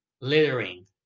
littering